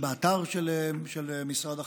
באתר של משרד החקלאות.